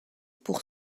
pour